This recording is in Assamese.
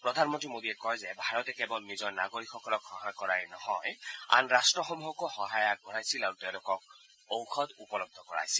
প্ৰধানমন্ত্ৰী মোদীয়ে কয় যে ভাৰতে কেৱল নিজৰ নাগৰিকসকলক সহায় কৰাই নহয় আন ৰাষ্টসমূহকো সহায় আগবঢ়াইছিল আৰু তেওঁলোকক ঔষধ উপলৱ কৰাইছিল